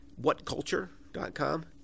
WhatCulture.com